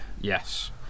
Yes